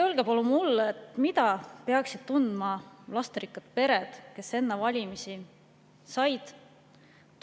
Öelge palun mulle, mida peaksid tundma lasterikkad pered, kellel enne valimisi